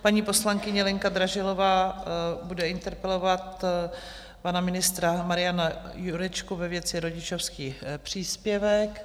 Paní poslankyně Lenka Dražilová bude interpelovat pana ministra Mariana Jurečku ve věci rodičovský příspěvek.